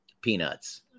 peanuts